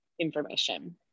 information